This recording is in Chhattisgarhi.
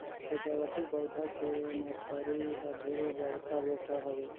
सजावटी पउधा के नरसरी ह ढेरे बड़का बेवसाय हवे